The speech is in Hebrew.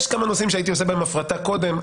יש כמה נושאים שהייתי עושה בהם הפרטה קודם.